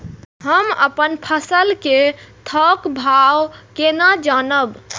हम अपन फसल कै थौक भाव केना जानब?